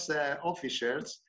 officials